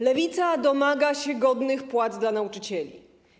Lewica domaga się godnych płac dla nauczycieli.